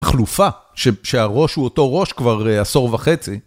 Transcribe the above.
החלופה, שהראש הוא אותו ראש כבר עשור וחצי.